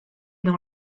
dans